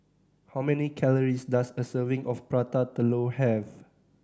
how many calories does a serving of Prata Telur have